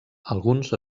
alguns